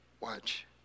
watch